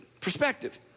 perspective